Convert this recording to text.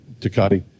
Tacati